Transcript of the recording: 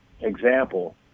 example